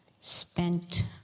spent